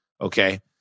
okay